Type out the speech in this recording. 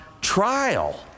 trial